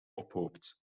ophoopt